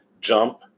jump